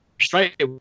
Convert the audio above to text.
Straight